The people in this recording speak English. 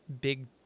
big